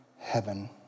heaven